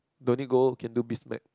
don't need go can do biz mag